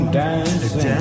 dancing